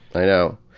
i know!